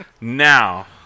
Now